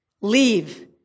leave